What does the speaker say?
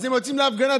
אז הם יוצאים להפגנה.